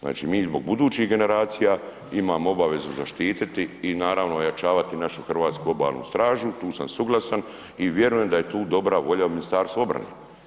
Znači mi zbog budućih generacija imamo obavezu zaštititi i naravno ojačavati našu hrvatsku Obalnu stražu, tu sam suglasan i vjerujem da je tu dobra volja Ministarstva obrane.